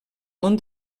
món